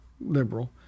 liberal